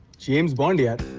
james bond. yeah